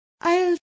I'll